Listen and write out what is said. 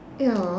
!eww!